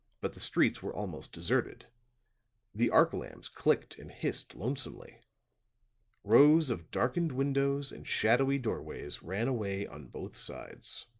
but the streets were almost deserted the arc-lamps clicked and hissed lonesomely rows of darkened windows and shadowy doorways ran away on both sides.